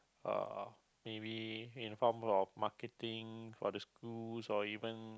or or maybe in a form of marketing for the schools or even